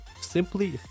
simply